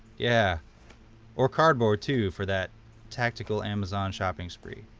yeah or cardboard too, for that tactical amazon shopping spree.